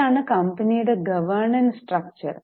ഇതാണ് കമ്പനിയുടെ governance structure